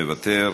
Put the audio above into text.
מוותר,